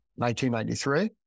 1993